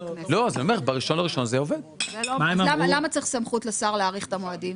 למה צריך סמכות לשר להאריך את המועדים